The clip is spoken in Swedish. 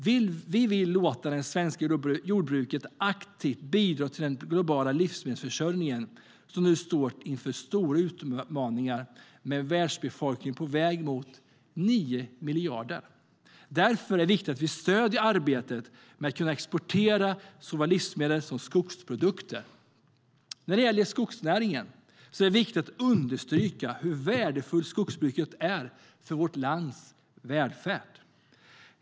Vi vill låta det svenska jordbruket bidra aktivt till den globala livsmedelsförsörjningen, som nu står inför stora utmaningar med en världsbefolkning på väg mot nio miljarder. Därför är det viktigt att vi stöder arbetet med att kunna exportera såväl livsmedel som skogsprodukter. När det gäller skogsnäringen är det viktigt att understryka hur värdefullt skogsbruket är för vårt lands välfärd.